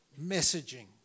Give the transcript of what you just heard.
messaging